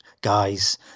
guys